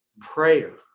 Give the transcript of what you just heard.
prayer